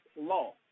law